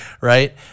right